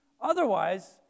Otherwise